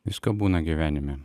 visko būna gyvenime